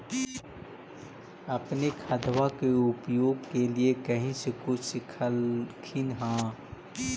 अपने खादबा के उपयोग के लीये कही से कुछ सिखलखिन हाँ?